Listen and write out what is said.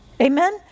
Amen